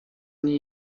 nie